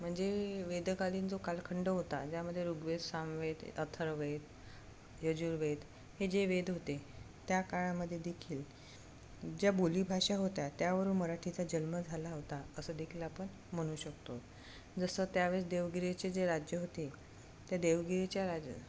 म्हणजे वेदकालीन जो कालखंड होता ज्यामध्ये ऋग्वेद सामवेद अर्थववेद यजुर्वेद हे जे वेद होते त्या काळामध्ये देखील ज्या बोलीभाषा होत्या त्यावरून मराठीचा जन्म झाला होता असं देखील आपण म्हणू शकतो जसं त्यावेळेस देवगिरीचे जे राज्य होते त्या देवगिरीच्या राजा